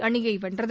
அணியை வென்றது